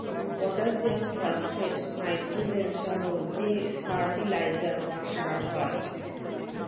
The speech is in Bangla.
পটাসিয়াম, ফসফেট, নাইট্রোজেন সহ যে ফার্টিলাইজার বা সার হয়